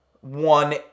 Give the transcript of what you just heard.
one